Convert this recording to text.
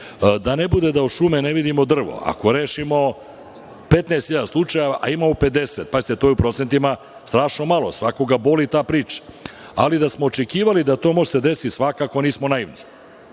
Da ne bude da od šume ne vidimo drvo, ako rešimo 15 hiljada slučajeva, a imamo 50, pazite to je u procentima strašno malo, svakoga boli ta priča, ali da smo očekivali da to može da se desi, svakako nismo naivni. Imamo